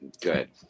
Good